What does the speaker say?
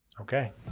okay